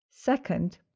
Second